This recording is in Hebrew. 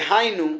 דהיינו,